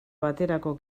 baterako